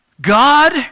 God